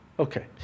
Okay